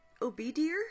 Obedier